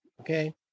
Okay